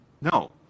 No